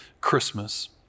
Christmas